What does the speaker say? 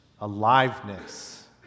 aliveness